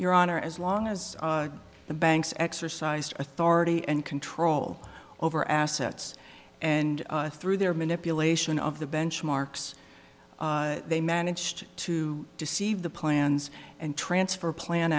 your honor as long as the banks exercised authority and control over assets and through their manipulation of the benchmarks they managed to deceive the plans and transfer plan